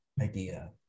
idea